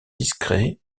discrets